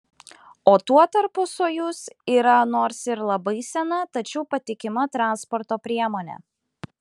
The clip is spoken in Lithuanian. o tuo tarpu sojuz yra nors ir labai sena tačiau patikima transporto priemonė